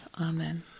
Amen